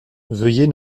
veuillez